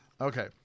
Okay